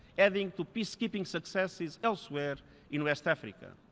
adding to peacekeeping successes elsewhere in west africa.